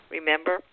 Remember